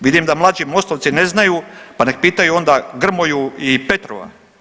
Vidim da mlađi Mostovci ne znaju pa nek pitaju onda Grmoju i Petrova.